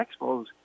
Expos